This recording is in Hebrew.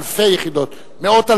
אלפי יחידות.